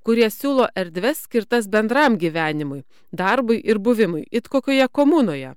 kurie siūlo erdves skirtas bendram gyvenimui darbui ir buvimui it kokioje komunoje